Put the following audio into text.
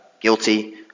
guilty